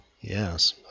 Yes